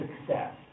success